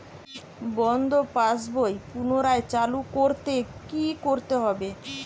বন্ধ পাশ বই পুনরায় চালু করতে কি করতে হবে?